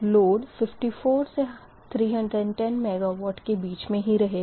load 54 310 MW के बीच मे ही रहेगा